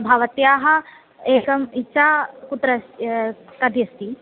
भवत्याः एकम् इच्छा कुत्र अस् कति अस्ति